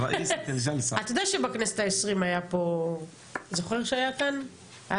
זה